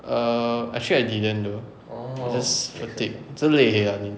err actually I didn't though because fatigue 只累而已 ah